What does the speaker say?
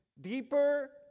deeper